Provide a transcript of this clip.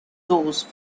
those